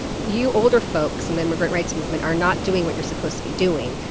you older folks in the immigrant rights movement are not doing what you're supposed to be doing.